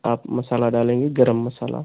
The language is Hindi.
आप मसाला डालेंगे गर्म मसाला